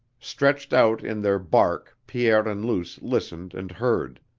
stretched out in their barque pierre and luce listened and heard.